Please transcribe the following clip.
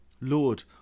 Lord